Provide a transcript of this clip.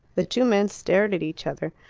the two men stared at each other.